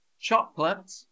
Chocolate